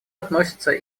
относится